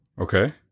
Okay